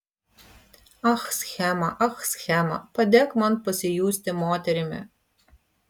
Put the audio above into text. ach schema ach schema padėk man pasijusti moterimi